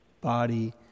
body